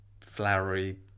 flowery